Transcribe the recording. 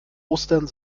ostern